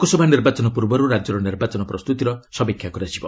ଲୋକସଭା ନିର୍ବାଚନ ପୂର୍ବରୁ ରାଜ୍ୟର ନିର୍ବାଚନ ପ୍ରସ୍ତୁତିର ସମୀକ୍ଷା କରାଯିବ